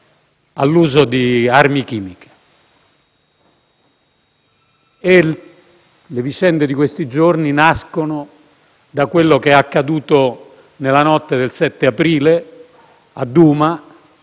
all'uso di armi chimiche. Le vicende di questi giorni nascono da quanto accaduto nella notte del 7 aprile a Douma,